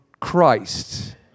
Christ